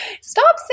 stop